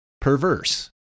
perverse